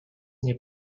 nie